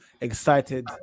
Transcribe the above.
excited